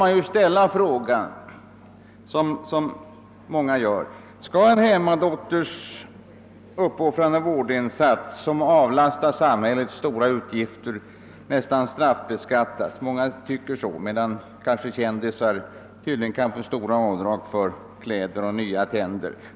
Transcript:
Man måste ställa frågan om en hemmadotters uppoffrande vårdinsats, som avlastar samhället stora utgifter, skall straffbeskattas, medan exempel >»kändisar» tydligen kan få stora avdrag för kläder och nya tänder.